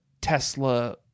Tesla